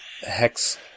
hex